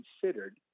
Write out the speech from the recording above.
considered